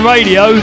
Radio